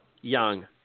young